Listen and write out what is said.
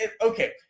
Okay